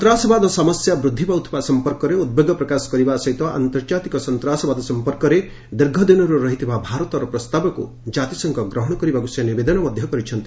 ସନ୍ତାସବାଦ ସମସ୍ୟା ବୃଦ୍ଧି ପାଉଥିବା ସଂପର୍କରେ ଉଦ୍ବେଗ ପ୍ରକାଶ କରିବା ସହ ଆନ୍ତର୍ଜାତିକ ସନ୍ତାସବାଦ ସଂପର୍କରେ ଦୀର୍ଘଦିନରୁ ରହିଥିବା ଭାରତର ପ୍ରସ୍ତାବକୁ ଜାତିସଂଘ ଗ୍ରହଣ କରିବାକୁ ସେ ନିବେଦନ କରିଛନ୍ତି